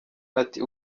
ati